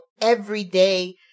everyday